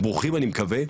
ברוכים אני מקווה,